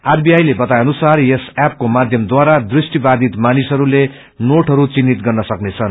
आरवीआई ले बताए अनुसार यस ऐपको माध्यमद्वारा दृष्टिवाषित मानिसहरूले नोटहरू चिन्हित गर्न सकेछन्